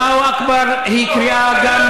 "אללהו אכבר" היא קריאה גם,